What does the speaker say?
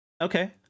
Okay